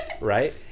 Right